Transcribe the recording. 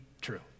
true